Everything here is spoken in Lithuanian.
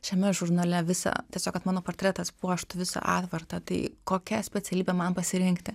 šiame žurnale visą tiesiog kad mano portretas puoštų visą atvartą tai kokią specialybę man pasirinkti